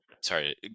sorry